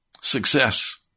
success